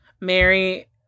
Mary